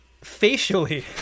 Facially